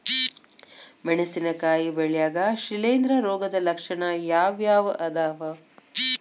ಮೆಣಸಿನಕಾಯಿ ಬೆಳ್ಯಾಗ್ ಶಿಲೇಂಧ್ರ ರೋಗದ ಲಕ್ಷಣ ಯಾವ್ಯಾವ್ ಅದಾವ್?